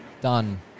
done